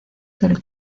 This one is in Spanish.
del